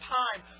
time